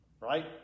right